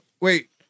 Wait